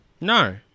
No